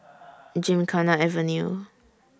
Gymkhana Avenue